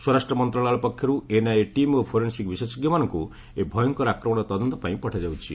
ସ୍ୱରାଷ୍ଟ୍ର ମନ୍ତ୍ରଶାଳୟ ପକ୍ଷରୁ ଏନ୍ଆଇଏ ଟିମ୍ ଓ ଫୋରେନ୍ସିକ୍ ବିଶେଷଜ୍ଞମାନଙ୍କୁ ଏହି ଭୟଙ୍କର ଆକ୍ରମଣର ତଦନ୍ତ ପାଇଁ ପଠାଯାଉଛି